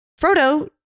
Frodo